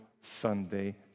Sunday